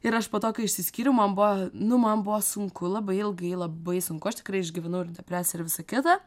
ir aš po to kai išsiskyriau man buvo nu man buvo sunku labai ilgai labai sunku aš tikrai išgyvenau ir depresiją ir visa kita